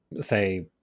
say